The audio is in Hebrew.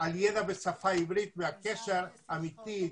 על ידע בשפה העברית והקשר האמיתי,